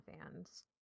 fans